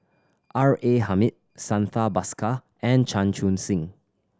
R A Hamid Santha Bhaskar and Chan Chun Sing